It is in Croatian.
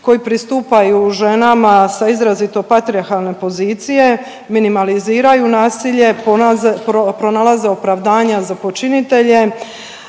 koji pristupaju ženama sa izrazito patrijarhalne pozicije, minimaliziraju nasilje, pronalaze opravdanja za počinitelje,